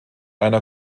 einer